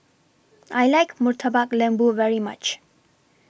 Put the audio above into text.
I like Murtabak Lembu very much